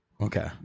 Okay